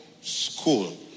school